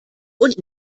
und